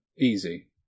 Easy